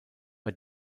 bei